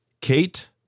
Kate